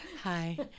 Hi